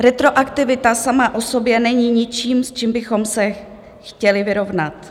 Retroaktivita sama o sobě není ničím, s čím bychom se chtěli vyrovnat.